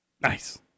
Nice